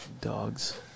dogs